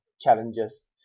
challenges